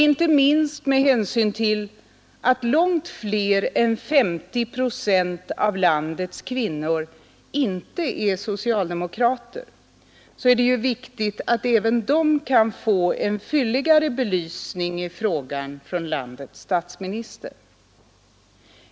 Inte minst med hänsyn till att långt fler än 50 procent av landets kvinnor inte är socialdemokrater är det viktigt att även de kan få en fylligare belysning i frågan från landets statsminister.